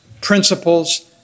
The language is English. principles